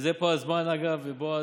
ופה הזמן, אגב, בועז,